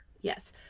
Yes